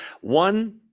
One